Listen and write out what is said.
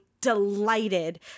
delighted